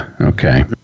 Okay